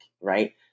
right